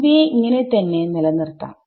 ഇവയെ ഇങ്ങനെ തന്നെ നിലനിർത്താം